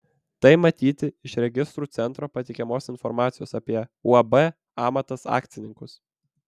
tai matyti iš registrų centro pateikiamos informacijos apie uab amatas akcininkus